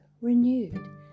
renewed